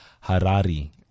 Harari